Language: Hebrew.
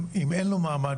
אם אין לו מעמד,